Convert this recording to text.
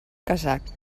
kazakh